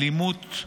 אלימות,